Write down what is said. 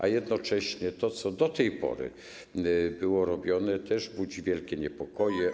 A jednocześnie to, co do tej pory było robione, też budzi wielkie niepokoje.